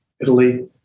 Italy